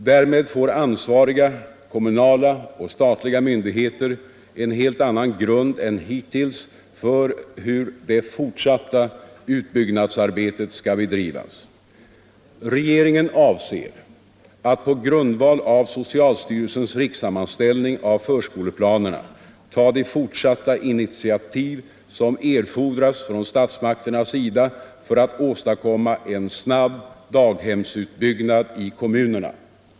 Därmed får ansvariga kommunala och statliga myndigheter en helt annan grund än hittills för hur det fortsatta utbyggnadsarbetet skall bedrivas. Regeringen avser att på grundval av socialstyrelsens rikssammanställning av förskoleplanerna ta de fortsatta initiativ som erfordras från statsmakternas sida för att åstadkomma en snabb daghemsutbyggnad i kommunerna.